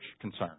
concern